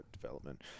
development